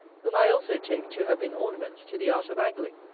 whom i also take to have been ornaments to the art of angling.